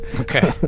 Okay